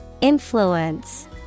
Influence